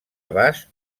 abast